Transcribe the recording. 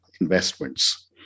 investments